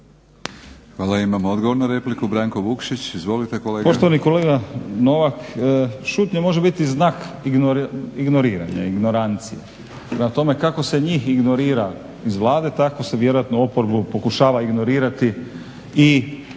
Hvala. Imamo odgovor na repliku, Franjo Lucić. Izvolite kolega.